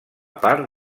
part